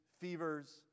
fevers